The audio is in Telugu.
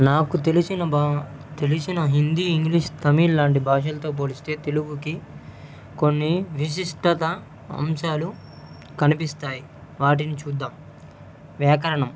నాకు తెలిసిన భా తెలిసిన హిందీ ఇంగ్లీష్ తమిళ్లాంటి భాషలతో పోలిస్తే తెలుగుకి కొన్ని విశిష్టత అంశాలు కనిపిస్తాయి వాటిని చూద్దాము వ్యాకరణం